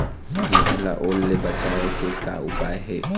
गेहूं ला ओल ले बचाए के का उपाय हे?